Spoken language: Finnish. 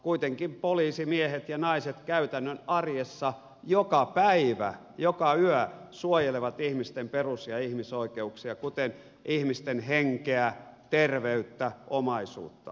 kuitenkin poliisimiehet ja naiset käytännön arjessa joka päivä joka yö suojelevat ihmisten perus ja ihmisoikeuksia kuten ihmisten henkeä terveyttä omaisuutta